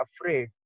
afraid